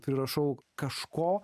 prirašau kažko